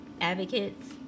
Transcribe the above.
advocates